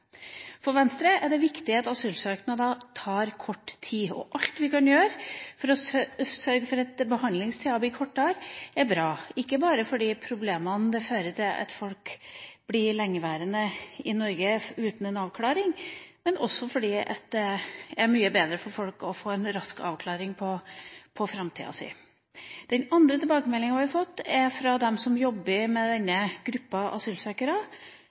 For Venstre er det viktig at asylsøknader tar kort tid. Alt vi kan gjøre for å sørge for at behandlingstida blir kortere, er bra, ikke bare på grunn av de problemene det fører til at folk blir værende lenge i Norge uten en avklaring, men også fordi det er mye bedre for folk å få en rask avklaring på framtida si. Den andre tilbakemeldinga vi har fått, er fra dem som jobber med denne gruppa asylsøkere,